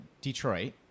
Detroit